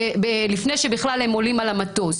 לפני שבכלל הם עולים על המטוס